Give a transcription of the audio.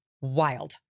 wild